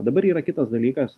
dabar yra kitas dalykas